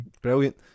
Brilliant